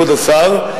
כבוד השר,